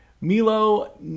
Milo